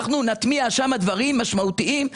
אנחנו נטמיע שם דברים משמעותיים,